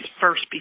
first